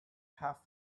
have